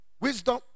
Wisdom